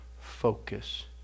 focus